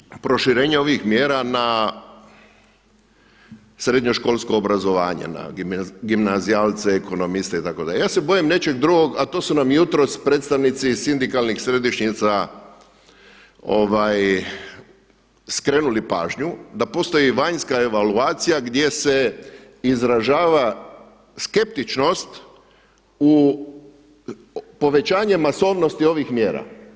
E sada imamo proširenje ovih mjera na srednjoškolsko obrazovanje, na gimnazijalce, ekonomiste itd. ja se bojim nečeg drugog, a to su nam jutros predstavnici iz sindikalnih središnjica skrenuli pažnju, da postoji vanjska evaluacija gdje se izražava skeptičnost u povećanje masovnosti ovih mjera.